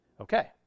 Okay